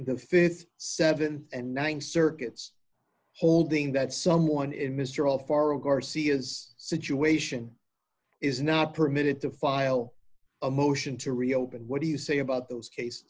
the th seven and th circuit's holding that someone in mr all far of garcia's situation is not permitted to file a motion to reopen what do you say about those case